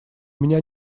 меня